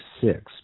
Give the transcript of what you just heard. six